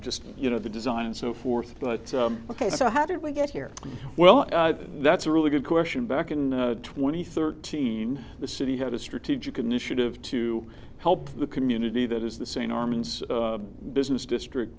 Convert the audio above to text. just you know the design and so forth but ok so how did we get here well that's a really good question back in twenty thirteen the city had a strategic initiative to help the community that is the scene our means business district